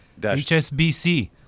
HSBC